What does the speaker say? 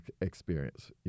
experience